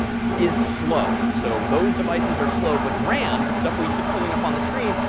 is slow. so those devices are slow, but ram, the stuff we keep pulling up on the screen,